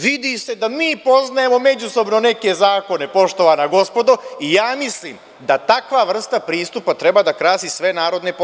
Vidi se da mi poznajemo međusobno neke zakone, poštovana gospodo, i ja mislim da takva vrsta pristupa treba da krasi sve narodne poslanike.